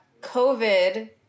COVID